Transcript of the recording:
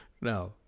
No